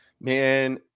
Man